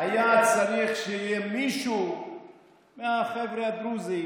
היה צריך שיהיה מישהו מהחבר'ה הדרוזים,